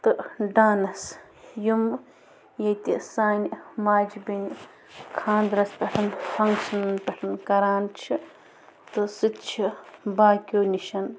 تہٕ ڈانَس یِمہٕ ییٚتہِ سانہِ ماجہٕ بیٚنہِ خانٛدرَس پٮ۪ٹھ فنٛگشَنن پٮ۪ٹھ کران چھِ تہٕ سُہ تہِ چھِ باقیَو نِش